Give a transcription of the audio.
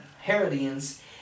herodians